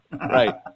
Right